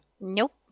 Nope